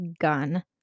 gun